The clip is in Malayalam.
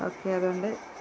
ഓക്കെ അതുകൊണ്ട്